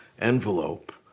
envelope